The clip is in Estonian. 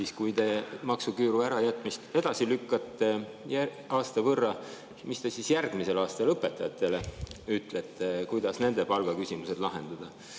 Kui te maksuküüru ärajätmist aasta võrra edasi lükkate, mis te siis järgmisel aastal õpetajatele ütlete, kuidas nende palgaküsimus lahendada?